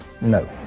No